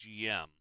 GM